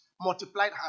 multiplied